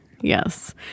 Yes